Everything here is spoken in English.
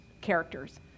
characters